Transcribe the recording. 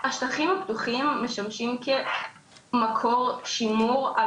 השטחים הפתוחים משמשים כמקור שימור על